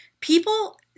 People